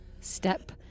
step